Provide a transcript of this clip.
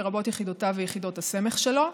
לרבות יחידותיו ויחידות הסמך שלו,